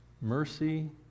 Mercy